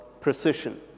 precision